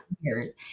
years